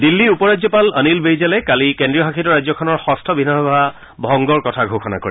দিল্লীৰ উপ ৰাজ্যপাল অনিল বেইজালে কালি কেন্দ্ৰীয় শাসিত ৰাজ্যখনৰ যষ্ঠ বিধানসভা ভংগৰ কথা ঘোষণা কৰে